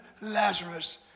Lazarus